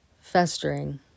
festering